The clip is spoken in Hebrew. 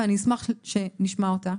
ואני אשמח שנשמע אותה.